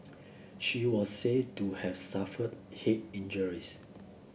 she was said to have suffered head injuries